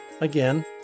again